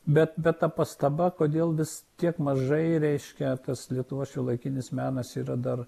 bet bet ta pastaba kodėl vis tiek mažai reiškia tas lietuvos šiuolaikinis menas yra dar